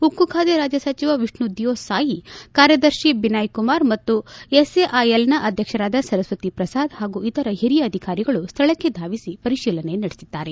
ಉಕ್ಕು ಬಾತೆ ರಾಜ್ಯ ಸಚಿವ ವಿಷ್ಣುದಿಯೋ ಸಾಯಿ ಕಾರ್ಯದರ್ಶಿ ಬಿನಾಯ್ ಕುಮಾರ್ ಮತ್ತು ಎಸ್ಎಐಎಲ್ನ ಅಧ್ಯಕ್ಷರಾದ ಸರಸ್ವತಿ ಪ್ರಸಾದ್ ಹಾಗೂ ಇತರ ಹಿರಿಯ ಅಧಿಕಾರಿಗಳು ಸ್ಥಳಕ್ಕೆ ಧಾವಿಸಿ ಪರಿಶೀಲನೆ ನಡೆಸಿದ್ದಾರೆ